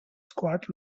squat